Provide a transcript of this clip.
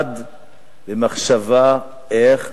וזה מופנה אל כבוד השר.